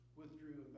withdrew